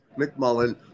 McMullen